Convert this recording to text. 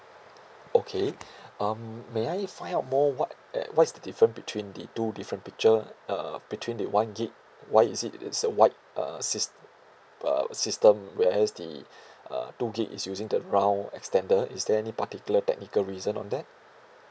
okay um may I find out more what uh what is the difference between the two different picture uh between the one gig why is it it's a white uh sys~ uh system where else the uh two gig is using the round extender is there any particular technical reason on that